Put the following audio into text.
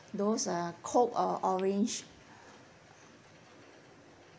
those uh coke or orange